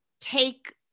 take